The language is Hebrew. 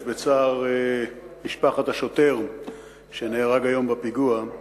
בצער משפחת השוטר שנהרג היום בפיגוע,